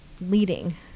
leading